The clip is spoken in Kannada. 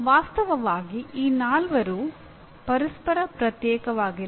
ವಾಸ್ತವವಾಗಿ ಈ ನಾಲ್ವರೂ ಪರಸ್ಪರ ಪ್ರತ್ಯೇಕವಾಗಿಲ್ಲ